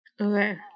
Okay